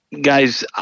guys